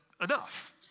enough